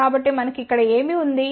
కాబట్టి మనకు ఇక్కడ ఏమి ఉంది